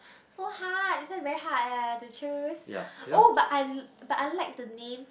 so hard this one very hard eh have to choose oh but I but I like the name